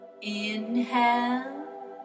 Inhale